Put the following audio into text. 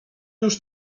już